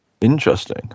Interesting